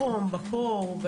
בחום ובקור.